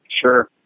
Sure